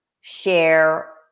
share